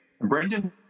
Brendan